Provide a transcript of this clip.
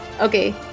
Okay